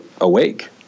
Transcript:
awake